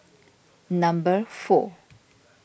number four